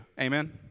Amen